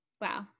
Wow